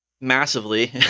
massively